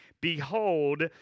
Behold